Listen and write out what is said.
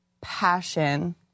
passion